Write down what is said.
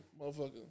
motherfucker